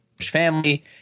family